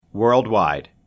Worldwide